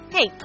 Hey